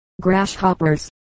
grasshoppers